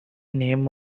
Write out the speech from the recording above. name